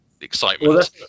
excitement